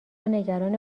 نگران